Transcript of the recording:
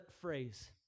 phrase